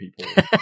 people